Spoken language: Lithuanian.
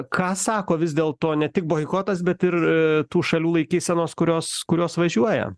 ką sako vis dėlto ne tik boikotas bet ir tų šalių laikysenos kurios kurios važiuoja